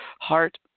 heart